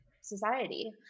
society